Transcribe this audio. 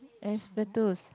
asbestos